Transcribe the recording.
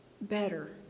better